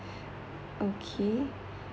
okay